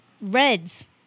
reds